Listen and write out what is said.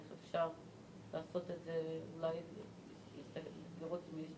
איך אפשר לעשות את זה ולראות אם יש